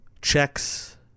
Checks